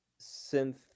synth